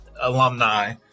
alumni